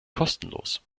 kostenlos